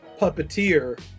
puppeteer